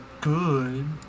good